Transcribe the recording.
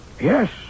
Yes